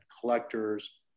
collectors